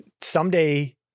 someday